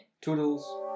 toodles